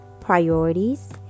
priorities